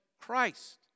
Christ